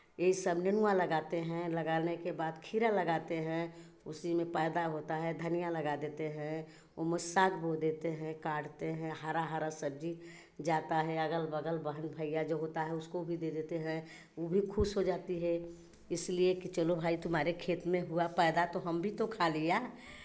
ये सब नेनुआ लगाते हैं लगाने के बाद खीरा लगाते हैं उसीमें पैदा होता है धनियाँ लगा देते हैं उसमें साग बो देते हैं काढ़ते हैं हरा हरा सब्जी जाता है अगल बगल बहन भैया जो होता है उसको भी दे देते हैं वो भी खुश हो जाती है इसलिए कि चलो भाई तुम्हारे खेत में हुआ पैदा तो हम भी तो खा लिया